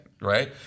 Right